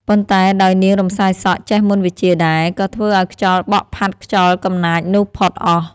ប៉ុន្តែ ដោយ នាងរំសាយសក់ ចេះមន្តវិជ្ជាដែរ ក៏ធ្វើឱ្យខ្យល់បក់ផាត់ខ្យល់កំណាចនោះផុតអស់ ។